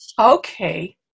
okay